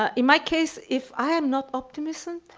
ah in my case, if i am not optimism,